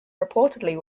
reportedly